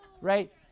Right